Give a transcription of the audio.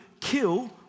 kill